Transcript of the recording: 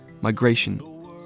migration